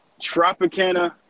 Tropicana